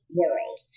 world